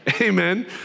Amen